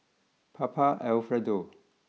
Papa Alfredo